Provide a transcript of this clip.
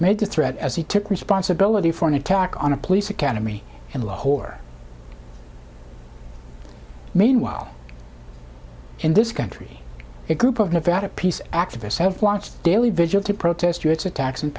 made the threat as he took responsibility for an attack on a police academy in lahore meanwhile in this country a group of nevada peace activists have launched daily vigil to protest u s attacks